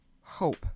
hope